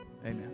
Amen